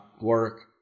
work